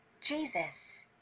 Jesus